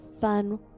fun